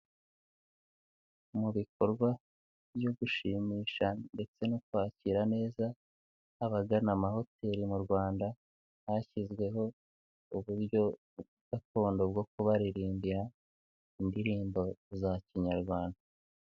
Mu bikorwa byo gushimisha ndetse no kwakira neza abagana amahoteli mu Rwanda, hashyizweho uburyo gakondo bwo kubaririmbira indirimbo za kinyarwanda.